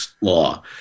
law